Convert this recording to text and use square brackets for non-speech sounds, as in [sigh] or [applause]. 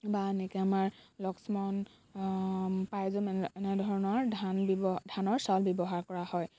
বা এনেকৈ আমাৰ লক্ষ্মণ [unintelligible] এনেধৰণৰ ধান দিব ধানৰ চাউল ব্যৱহাৰ কৰা হয়